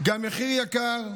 גם מחיר יקר,